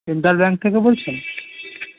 central bank থেকে বলছেন